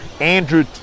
andrew